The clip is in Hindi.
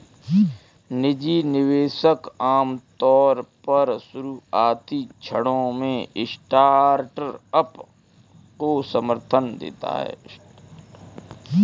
निजी निवेशक आमतौर पर शुरुआती क्षणों में स्टार्टअप को समर्थन देते हैं